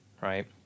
Right